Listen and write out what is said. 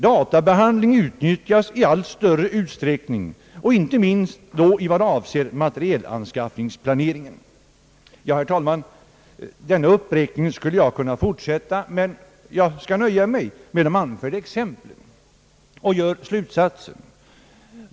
Databehandling utnyttjas i allt större utsträckning, inte minst i vad avser materielanskaffningsplaneringen. Jag skulle, herr talman, kunna fortsätta denna uppräkning men jag skall nöja mig med de anförda exemplen.